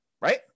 right